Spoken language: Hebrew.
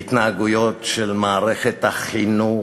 בהתנהגויות של מערכת החינוך,